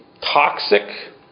toxic